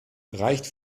reicht